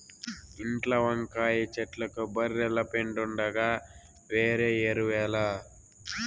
ఇంట్ల వంకాయ చెట్లకు బర్రెల పెండుండగా వేరే ఎరువేల